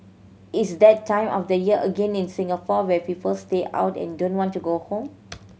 it's that time of the year again in Singapore where people stay out and don't want to go home